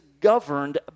governed